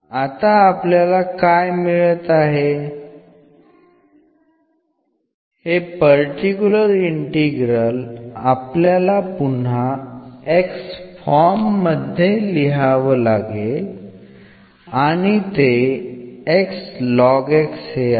आता आपल्याला काय मिळत आहे हे पर्टिक्युलर इंटिग्रल आपल्याला पुन्हा x फॉर्म मध्ये लिहावं लागेल आणि ते हे आहे